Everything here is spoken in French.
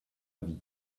avis